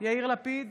יאיר לפיד,